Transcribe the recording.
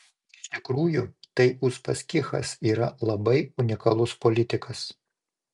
iš tikrųjų tai uspaskichas yra labai unikalus politikas